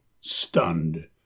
stunned